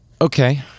Okay